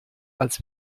als